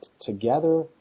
together